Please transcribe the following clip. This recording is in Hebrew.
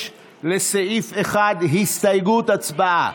6, לסעיף 1, הצבעה.